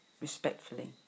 respectfully